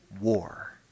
War